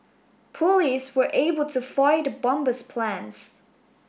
police were able to foil the bomber's plans